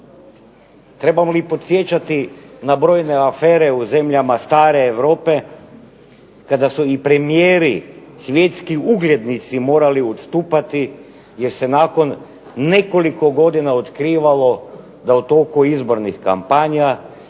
Trebamo li podsjećati na brojne afere u zemljama stare Europe kada su premijeri, svjetski uglednici morali odstupati jer se nakon nekoliko godina otkrivalo da u toku izbornih kampanja